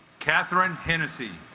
catherine hennessey